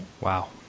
Wow